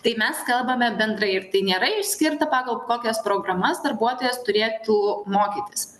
tai mes kalbame bendrai ir tai nėra išskirta pagal kokias programas darbuotojas turėtų mokytis